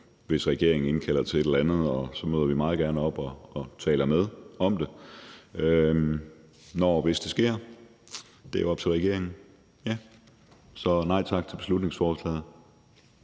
hvis regeringen indkalder til et eller andet, møder vi meget gerne op og taler med om det, når og hvis det sker. Det er op til regeringen. Så nej tak til beslutningsforslaget